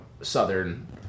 southern